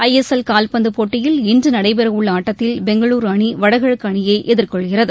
ISL காவ்பந்து போட்டியில் இன்று நடைபெற உள்ள ஆட்டத்தில் பெங்களுரு அணி வடகிழக்கு அணியை எதிர்கொள்கிறது